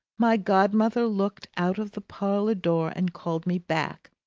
my godmother looked out of the parlour-door and called me back.